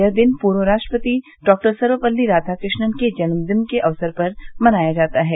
यह दिन पूर्व राष्ट्रपति डॉक्टर सर्वपल्ली राधाकृष्णंन के जन्मदिन के अवसर पर मनाया जाता है